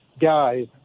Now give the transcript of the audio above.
guys